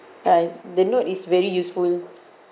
ah the note is very useful